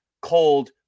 cold